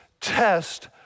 test